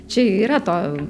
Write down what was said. čia yra to